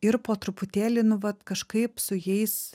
ir po truputėlį nu vat kažkaip su jais